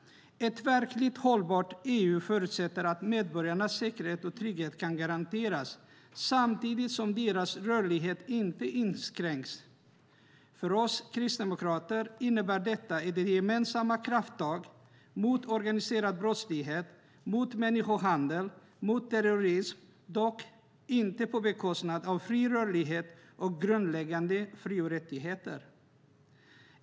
Ett verkligt hållbart EU förutsätter att medborgarnas säkerhet och trygghet kan garanteras samtidigt som deras rörlighet inte inskränks. För oss kristdemokrater innebär detta gemensamma krafttag mot organiserad brottslighet, mot människohandel och mot terrorism - dock inte på bekostnad av fri rörlighet och grundläggande fri och rättigheter.